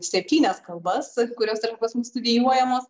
septynias kalbas kurios pas mus studijuojamos